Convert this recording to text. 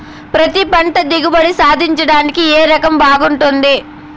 పత్తి పంట దిగుబడి సాధించడానికి ఏ రకం బాగుంటుంది?